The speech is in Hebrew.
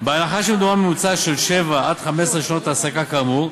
בהנחה שמדובר בממוצע של שבע עד 15 שנות העסקה כאמור,